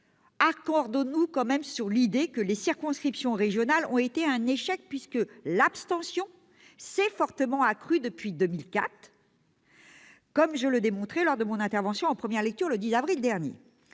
accordons-nous sur l'idée que les circonscriptions régionales ont été un échec, puisque l'abstention s'est fortement accrue depuis 2004, comme je le démontrais lors de mon intervention en première lecture le 10 avril dernier.